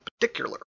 particular